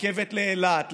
רכבת לאילת,